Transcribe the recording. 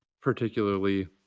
particularly